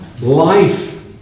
life